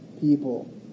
people